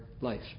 life